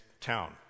town